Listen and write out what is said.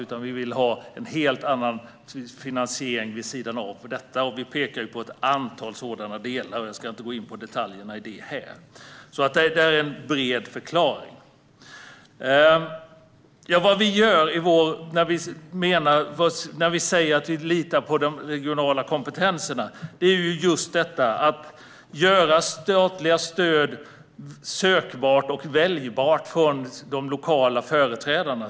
Vi vill i stället ha en helt annan finansiering för detta, vid sidan av, och vi pekar på ett antal sådana delar. Jag ska dock inte gå in på detaljerna i det här. Det är alltså en bred förklaring. Vad vi gör när vi säger att vi litar på de regionala kompetenserna handlar om just detta att göra statliga stöd sökbara och väljbara för de lokala företrädarna.